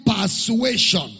persuasion